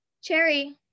Cherry